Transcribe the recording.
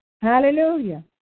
Hallelujah